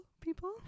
people